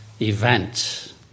event